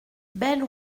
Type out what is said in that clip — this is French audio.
belle